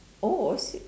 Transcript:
oh I see